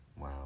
Wow